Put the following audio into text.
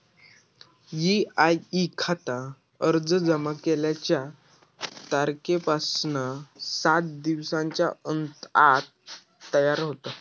EIE खाता अर्ज जमा केल्याच्या तारखेपासना सात दिवसांच्या आत तयार होता